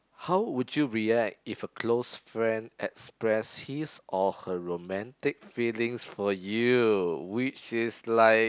how would you react if a close friend express his or her romantic feelings for you which is like